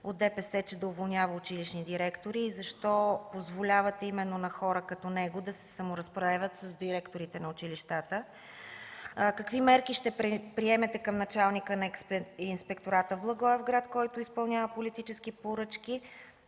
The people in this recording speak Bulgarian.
от ДПС, че да уволнява училищни директори и защо позволявате на хора като него да се саморазправят с директорите на училищата? Какви мерки ще предприемете към началника на инспектората в Благоевград, който изпълнява политически поръчки?